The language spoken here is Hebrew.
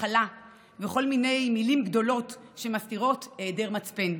הכלה וכל מיני מילים גדולות שמסתירות היעדר מצפן.